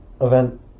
event